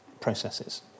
processes